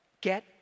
Get